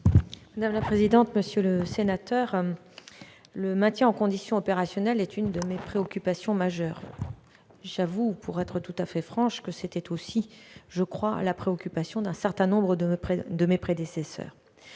Mme la ministre. Monsieur le sénateur, le maintien en condition opérationnelle est une de mes préoccupations majeures- j'avoue, pour être tout à fait franche, qu'elle était aussi celle d'un certain nombre de mes prédécesseurs.